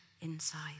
inside